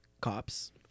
cops